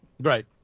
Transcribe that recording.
Right